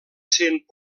sent